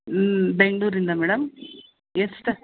ಹ್ಞೂ ಬೆಂಗಳೂರಿಂದ ಮೇಡಮ್ ಎಸ್ಟ